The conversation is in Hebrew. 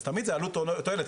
תמיד זה עלות מול תועלת,